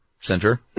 Center